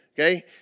okay